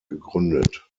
gegründet